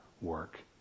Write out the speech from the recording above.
work